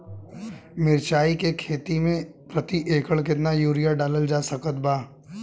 मिरचाई के खेती मे प्रति एकड़ केतना यूरिया डालल जा सकत बा?